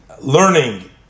learning